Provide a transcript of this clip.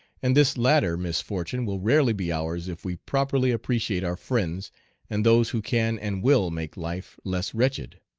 and this latter misfortune will rarely be ours if we properly appreciate our friends and those who can and will make life less wretched.